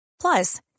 Plus